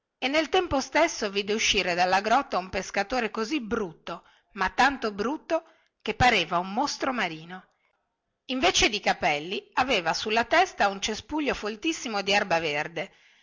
e nel tempo stesso vide uscire dalla grotta un pescatore così brutto ma tanto brutto che pareva un mostro marino invece di capelli aveva sulla testa un cespuglio foltissimo di erba verde